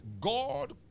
God